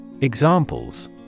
Examples